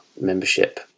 membership